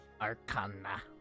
Arcana